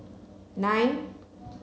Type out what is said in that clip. nine